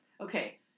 Okay